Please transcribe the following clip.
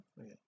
okay